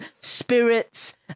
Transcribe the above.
spirits